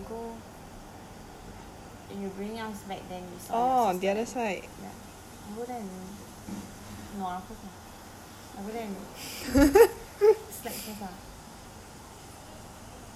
downstairs that time when we go when you bring back then we saw downstairs ya I go there and nua first uh I go there and slack first uh